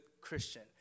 Christian